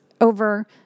over